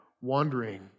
wandering